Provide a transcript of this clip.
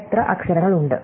എത്ര അക്ഷരങ്ങളുണ്ട്